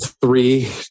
Three